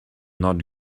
not